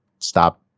stop